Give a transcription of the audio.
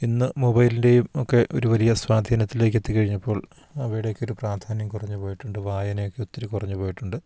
ഇന്ന് മൊബൈലിൻ്റെയും ഒക്കെ ഒരു വലിയ സ്വാധീനത്തിലേക്കെത്തി കഴിഞ്ഞപ്പോൾ അവയുടെയൊക്കെ ഒരു പ്രാധാന്യം കുറഞ്ഞുപോയിട്ടുണ്ട് വായനയൊക്കെ ഒത്തിരി കുറഞ്ഞു പോയിട്ടുണ്ട്